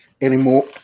anymore